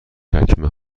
چکمه